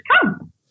come